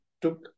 took